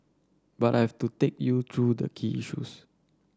but I have to take you through the key issues